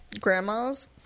grandma's